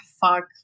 fuck